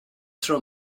tro